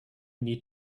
need